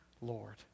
Lord